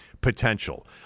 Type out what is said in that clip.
potential